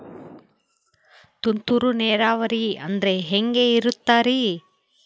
ತುಂತುರು ನೇರಾವರಿ ಅಂದ್ರೆ ಹೆಂಗೆ ಇರುತ್ತರಿ?